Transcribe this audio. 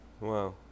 Wow